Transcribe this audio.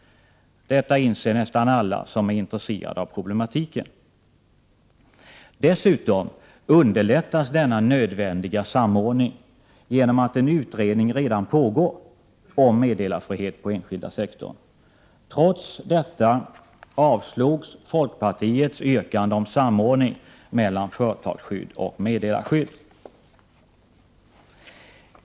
Detta inser nästan alla som är intresserade av problematiken. Dessutom underlättas denna nödvändiga samordning genom att en utredning redan pågår om meddelarfrihet på enskilda sektorn. Trots detta avstyrktes folkpartiets yrkande om samordning mellan företagsskydd och meddelarskydd.